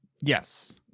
Yes